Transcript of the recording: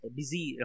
busy